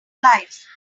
life